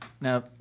Now